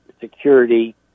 security